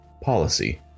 policy